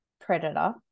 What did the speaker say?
predator